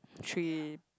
three